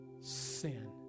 sin